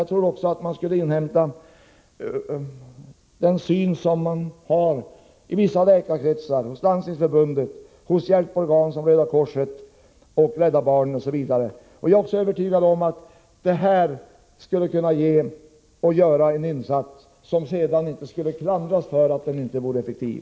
Jag tror också att man skulle inhämta den synpunkt som finns i vissa läkarkretsar, hos Landstingsförbundet, hos hjälporgan som Röda korset och Rädda barnen osv. Jag är övertygad om att detta skulle vara en insats som inte kunde klandras för att inte vara effektiv.